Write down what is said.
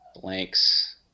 Blanks